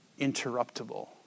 interruptible